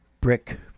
brick